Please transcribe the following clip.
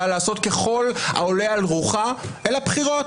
לעשות ככל העולה על רוחה אלה הבחירות.